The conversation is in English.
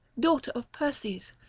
daughter of perses.